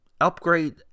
Upgrade